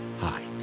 Hi